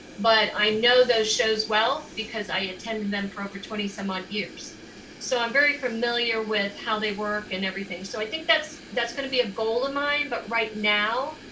but i know those shows well because i attended them for over twenty some odd years so i'm very familiar with how they work and everything. so i think that's that's gonna be a goal of mine but right now,